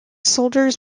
soldiers